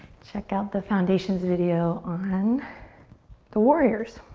check out the foundations video on the warriors.